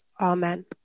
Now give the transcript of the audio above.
Amen